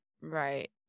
Right